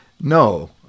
no